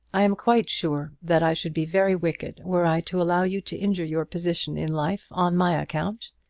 i am quite sure that i should be very wicked were i to allow you to injure your position in life on my account.